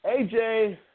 AJ